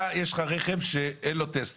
יש לך רכב שאין לו טסט.